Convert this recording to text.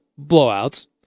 blowouts